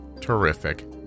terrific